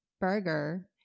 burger